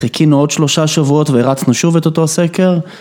חיכינו עוד שלושה שבועות והרצנו שוב את אותו סקר.